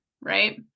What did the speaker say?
right